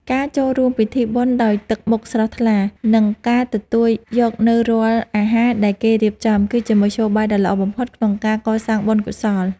ការចូលរួមពិធីបុណ្យដោយទឹកមុខស្រស់ថ្លា និងការទទួលយកនូវរាល់អាហារដែលគេរៀបចំ គឺជាមធ្យោបាយដ៏ល្អបំផុតក្នុងការកសាងបុណ្យកុសល។